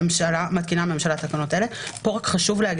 מתקינה הממשלה תקנות אלה: כאן חשוב לומר